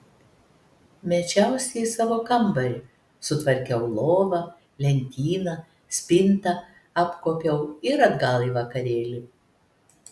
mečiausi į savo kambarį sutvarkiau lovą lentyną spintą apkuopiau ir atgal į vakarėlį